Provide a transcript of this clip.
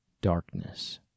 darkness